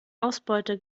ausbeute